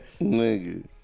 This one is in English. Nigga